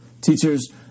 Teachers